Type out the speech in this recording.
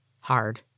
Hard